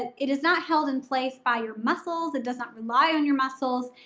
it it is not held in place by your muscles. it does not rely on your muscles.